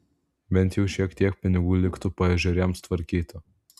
bent jau šiek tiek pinigų liktų paežerėms tvarkyti